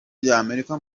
ry’amerika